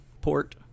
port